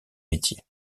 métiers